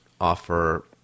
offer